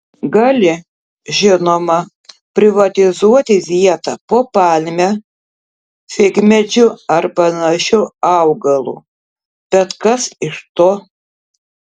gali žinoma privatizuoti vietą po palme figmedžiu ar panašiu augalu bet kas iš to